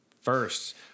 First